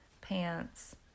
pants